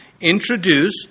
introduce